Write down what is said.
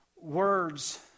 Words